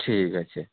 ঠিক আছে